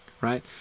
right